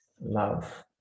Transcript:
love